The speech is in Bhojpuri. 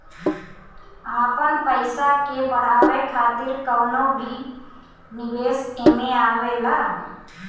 आपन पईसा के बढ़ावे खातिर कवनो भी निवेश एमे आवेला